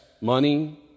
money